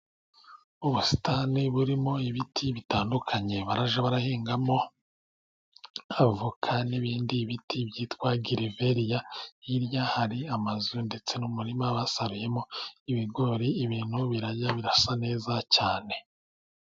Ubusitani burimo ibiti bitandukanye. Bajya bahingamo avoka n'ibindi biti byitwa geeveriya. Hirya hari amazu, ndetse n'umurima basaruyemo ibigori. ibintu birimo birasa neza cyane.